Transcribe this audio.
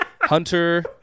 Hunter